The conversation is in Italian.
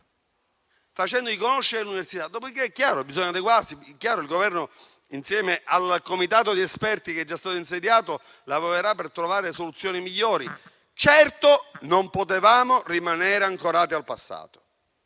facendogli conoscere l'università. Dopo di che, è chiaro che bisogna adeguarsi e il Governo, insieme al comitato di esperti che è già stato insediato, lavorerà per trovare le soluzioni migliori. Certo non potevamo rimanere ancorati al passato,